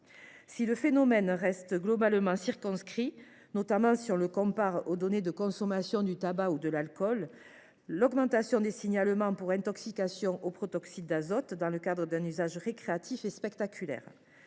Si le phénomène reste globalement circonscrit, notamment si on le compare aux données de consommation du tabac ou de l’alcool, l’augmentation des signalements pour intoxication au protoxyde d’azote dans le cadre d’un usage récréatif est spectaculaire